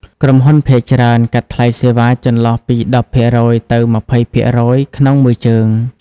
ក្រុមហ៊ុនភាគច្រើនកាត់ថ្លៃសេវាចន្លោះពី ១០% ទៅ ២០% ក្នុងមួយជើង។